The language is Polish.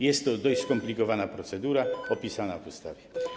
Jest to dość skomplikowana procedura opisana w ustawie.